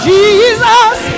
Jesus